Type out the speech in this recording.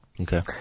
Okay